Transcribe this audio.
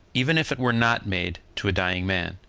even if it were not made to a dying man.